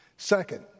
Second